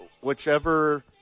whichever